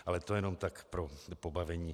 Ale to jenom tak pro pobavení.